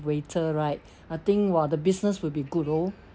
waiter right I think !wah! the business will be good all